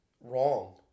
wrong